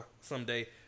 someday